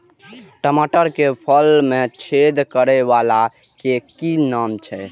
टमाटर के फल में छेद करै वाला के कि नाम छै?